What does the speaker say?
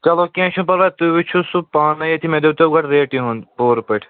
چلو کیٚنٛہہ چھُنہٕ پرواے تُہۍ وٕچھِو سُہ پانَے تہِ مےٚ دٔپۍتو گۄڈٕ ریٹہِ ہُنٛد پورٕ پٲٹھۍ